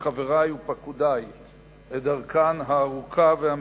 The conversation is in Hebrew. שבחברי ופקודי בדרכן הארוכה והמייסרת,